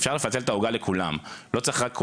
אפשר לפצל את העוגה לכולם.